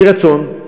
מרצון.